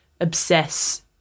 obsess